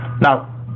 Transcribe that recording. Now